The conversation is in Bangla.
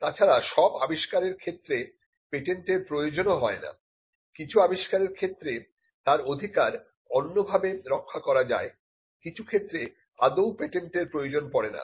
তাছাড়া সব আবিষ্কারের ক্ষেত্রে পেটেন্ট এর প্রয়োজন ও হয় না কিছু আবিষ্কারের ক্ষেত্রে তার অধিকার অন্যভাবে রক্ষা করা যায় কিছু ক্ষেত্রে আদৌ পেটেন্টের প্রয়োজন পড়ে না